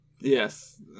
yes